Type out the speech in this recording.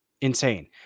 insane